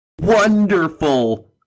wonderful